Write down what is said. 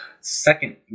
Second